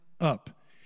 up